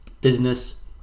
business